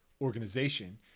organization